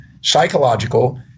psychological